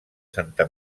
santa